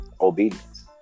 obedience